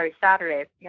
Saturday